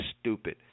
stupid